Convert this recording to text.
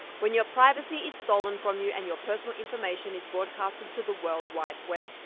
when your privacy is stolen from you and your personal information is broadcasted to the world wide web.